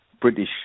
British